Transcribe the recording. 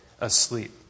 asleep